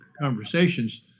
conversations